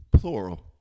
Plural